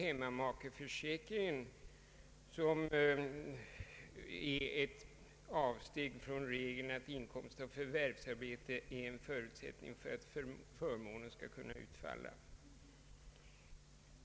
Hemmamakeförsäkringen är ett avsteg från regeln att inkomst av förvärvsarbete är en förutsättning för att förmånen skall kunna utfalla.